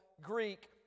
Greek